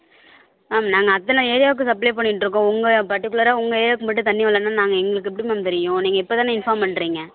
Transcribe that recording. ma'am நாங்கள் அத்தனை ஏரியாவுக்கு சப்ளே பண்ணிட்டிருக்கோம் உங்கள் பர்டிகுலராக உங்கள் ஏரியாவுக்கு மட்டும் தண்ணி வரலன்னா நாங்கள் எங்களுக்கு எப்படி மேம் தெரியும் நீங்கள் இப்போதான இன்ஃபாம் பண்ணுறிங்க